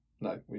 no